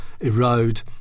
erode